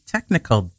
Technical